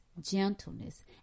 gentleness